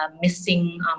missing